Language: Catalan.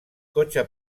cotxe